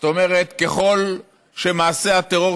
זאת אומרת, ככל שמעשה הטרור